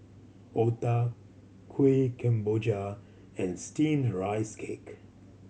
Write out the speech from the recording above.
otah Kuih Kemboja and Steamed Rice Cake